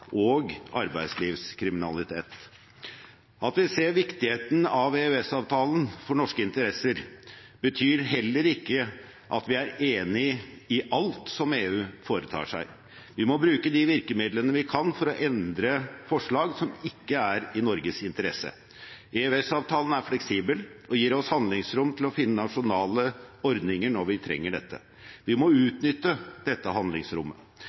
og arbeidslivskriminalitet. At vi ser viktigheten av EØS-avtalen for norske interesser, betyr heller ikke at vi er enig i alt som EU foretar seg. Vi må bruke de virkemidlene vi kan for å endre forslag som ikke er i Norges interesse. EØS-avtalen er fleksibel og gir oss handlingsrom til å finne nasjonale ordninger når vi trenger dette. Vi må utnytte dette handlingsrommet.